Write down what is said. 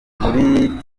tizama